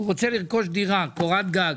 רוצה לרכוש דירה, קורת גג,